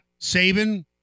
Saban